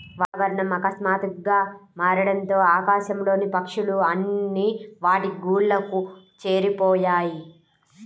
వాతావరణం ఆకస్మాతుగ్గా మారడంతో ఆకాశం లోని పక్షులు అన్ని వాటి గూళ్లకు చేరిపొయ్యాయి